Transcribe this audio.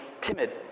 timid